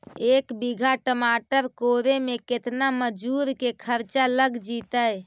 एक बिघा टमाटर कोड़े मे केतना मजुर के खर्चा लग जितै?